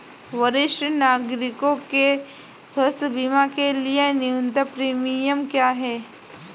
वरिष्ठ नागरिकों के स्वास्थ्य बीमा के लिए न्यूनतम प्रीमियम क्या है?